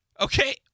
Okay